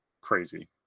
crazy